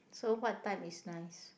so what type is nice